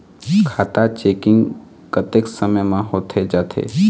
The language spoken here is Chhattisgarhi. खाता चेकिंग कतेक समय म होथे जाथे?